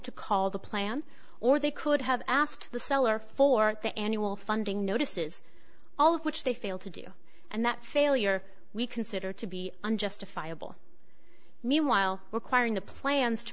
to call the plan or they could have asked the seller for the annual funding notices all of which they failed to do and that failure we consider to be unjustifiable meanwhile requiring the plans to